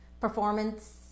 performance